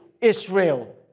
Israel